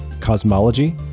cosmology